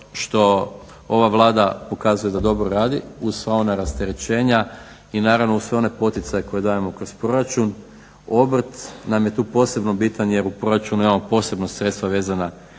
što ova Vlada pokazuje da dobro radi uz sva ona rasterećenja i naravno uz sve one poticaje koje dajemo kroz proračun. Obrt tu nam je tu posebno bitan jer u proračunu imamo posebno sredstva izazvana